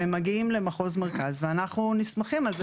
הם מגיעים למחוז ואנחנו נסמכים על זה